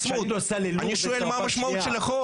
אני שואל מה משמעות החוק.